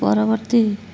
ପରବର୍ତ୍ତୀ